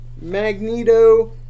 Magneto